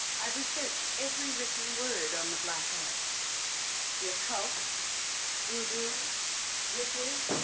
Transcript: i've researched every written word on the black arts the occult voodoo witches